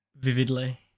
Vividly